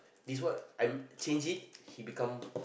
this what I'm change it he become